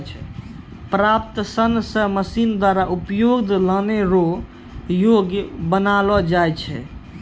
प्राप्त सन से मशीन द्वारा उपयोग लानै रो योग्य बनालो जाय छै